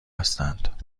هستند